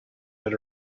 that